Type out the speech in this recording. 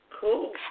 Cool